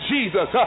Jesus